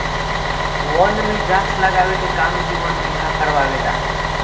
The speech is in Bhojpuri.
वन में गाछ लगावे के काम भी वन विभाग कारवावे ला